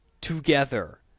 together